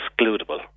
excludable